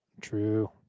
True